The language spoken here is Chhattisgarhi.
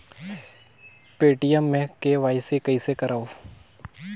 पे.टी.एम मे के.वाई.सी कइसे करव?